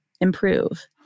improve